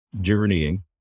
journeying